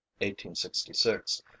1866